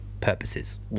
purposes